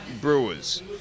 Brewers